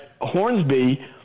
Hornsby